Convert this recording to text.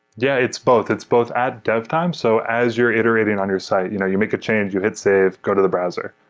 yeah, it's both. it's both ad dev time time. so as you're iterating on your site, you know you make a change, you hit save, go to the browser.